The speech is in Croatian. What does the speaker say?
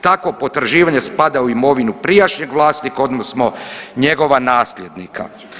Takvo potraživanje spada u imovinu prijašnjeg vlasnika odnosno njegova nasljednika.